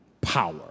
power